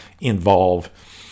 involve